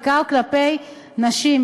בעיקר כלפי נשים,